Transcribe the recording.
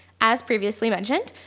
as previously mentioned,